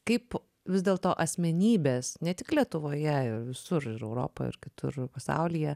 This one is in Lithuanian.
kaip vis dėlto asmenybės ne tik lietuvoje ir visur europoj ir kitur pasaulyje